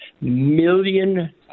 million